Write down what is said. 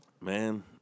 Man